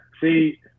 See